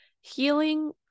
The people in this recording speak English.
healing